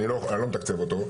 אני לא מתקצב אותו,